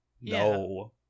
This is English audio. No